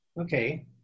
Okay